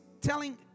telling